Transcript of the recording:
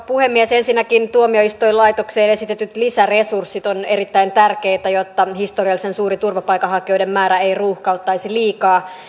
puhemies ensinnäkin tuomioistuinlaitokseen esitetyt lisäresurssit ovat erittäin tärkeitä jotta historiallisen suuri turvapaikanhakijoiden määrä ei ruuhkauttaisi liikaa